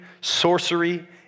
sorcery